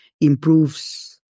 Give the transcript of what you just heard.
improves